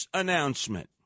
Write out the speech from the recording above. announcement